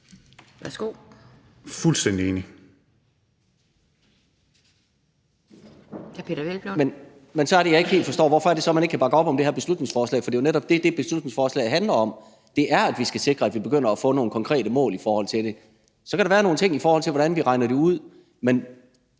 Peder Hvelplund (EL): Men så er det, jeg ikke helt forstår, hvorfor det er, man ikke kan bakke op om det her beslutningsforslag, for det er jo netop det, som det her beslutningsforslag handler om. Det er, at vi skal sikre, at vi begynder at få nogle konkrete mål i forhold til dét. Så kan der være nogle ting, i forhold til hvordan vi regner det ud, men